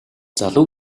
залуу